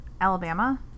Alabama